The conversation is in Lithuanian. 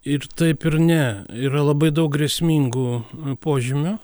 ir taip ir ne yra labai daug grėsmingų požymių